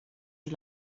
you